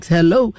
Hello